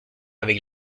avec